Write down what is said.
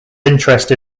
interest